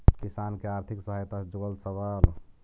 किसान के आर्थिक सहायता से जुड़ल सवाल?